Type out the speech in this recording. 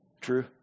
True